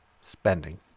spending